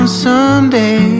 Someday